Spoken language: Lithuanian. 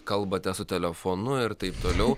kalbate su telefonu ir taip toliau